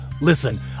Listen